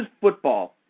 football